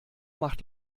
macht